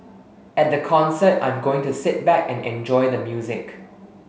at the concert I'm going to sit back and enjoy the music